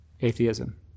atheism